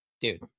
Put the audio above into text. dude